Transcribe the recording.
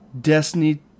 Destiny